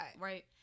right